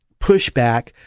pushback